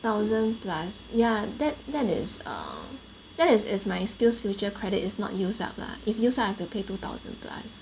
thousand plus yeah that that is err that is if my skillsfuture credit is not used up lah if used up I have to pay two thousand plus